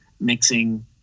mixing